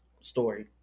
story